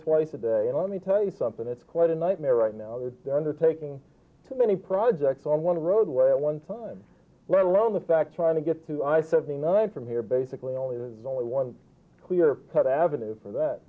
twice a day and i me tell you something it's quite a nightmare right now where they're undertaking to many projects on one roadway at one time let alone the fact trying to get to i seventy nine from here basically only this is only one clear cut avenue for that